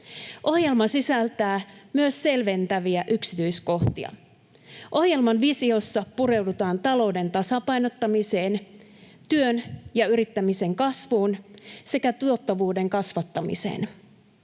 Ohjelma sisältää myös selventäviä yksityiskohtia. Ohjelman visiossa pureudutaan talouden tasapainottamiseen, työn ja yrittämisen kasvuun sekä tuottavuuden kasvattamiseen.